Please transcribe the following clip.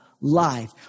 life